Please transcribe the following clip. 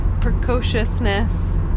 precociousness